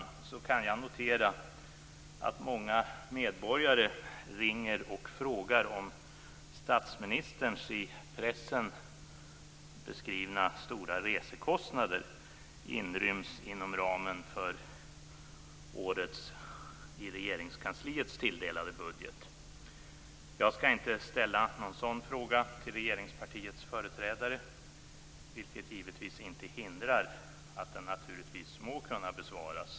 Slutligen kan jag notera att många medborgare ringer och frågar om statsministerns stora resekostnader, som har beskrivits i pressen, inryms inom ramen för Regeringskansliets tilldelade budget för det här året. Jag skall inte ställa någon sådan fråga till regeringspartiets företrädare, vilket givetvis inte hindrar att den må kunna besvaras.